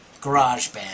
GarageBand